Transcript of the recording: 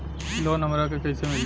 Loan हमरा के कईसे मिली?